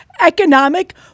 Economic